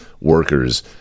workers